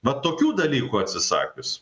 vat tokių dalykų atsisakius